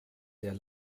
der